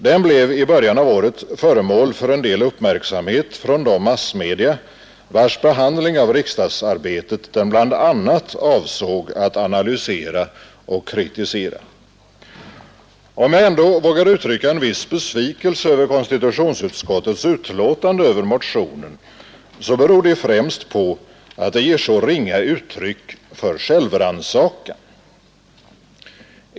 Den blev i början av året föremål för en del uppmärksamhet från de massmedia vars behandling av riksdagsarbetet den bl.a. avsåg att analysera och kritisera. Om jag ändå vågar uttrycka en viss besvikelse över konstitutionsutskottets betänkande över motionen så beror det främst på att det ger så ringa uttryck för självrannsakan.